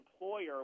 employer